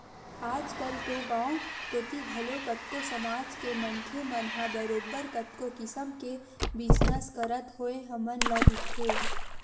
आजकल तो गाँव कोती घलो कतको समाज के मनखे मन ह बरोबर कतको किसम के बिजनस करत होय हमन ल दिखथे